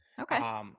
Okay